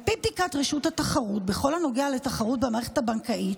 על פי בדיקת רשות התחרות בכל הנוגע לתחרות במערכת הבנקאית,